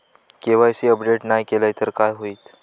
KYC update नाय केलय तर काय होईत?